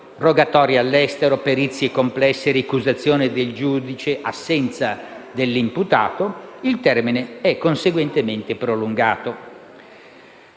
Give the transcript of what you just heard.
rogatoria all'estero, perizie complesse, ricusazione del giudice e assenza dell'imputato) il termine è conseguentemente prolungato.